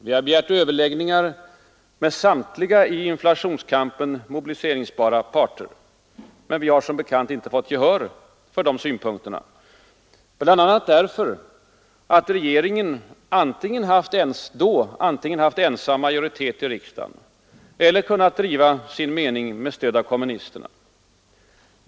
Vi har begärt överläggningar mellan samtliga i inflationskampen mobiliseringsbara parter men vi har som bekant inte fått gehör för våra synpunkter, bl.a. därför att regeringen då antingen haft ensam majoritet i riksdagen eller kunnat driva sin mening med stöd av kommunisterna.